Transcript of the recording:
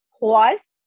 pause